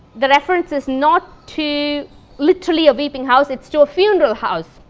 the reference is not too literally a weeping house, it is to a funeral house,